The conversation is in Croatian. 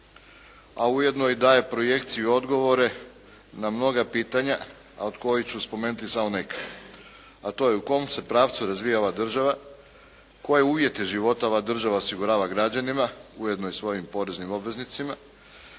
a ujedno i daje projekciju i odgovore na mnoga pitanja a od kojih ću spomenuti samo neke. A to je u kom se pravcu razvija ova država, koje uvjete života ova država osigurava građanima ujedno i svojim poreznim obveznicima